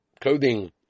clothing